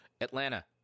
Atlanta